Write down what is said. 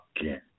again